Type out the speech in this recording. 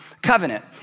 covenant